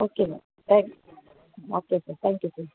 ஓகேங்க okay okay sir thank you sir